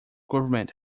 government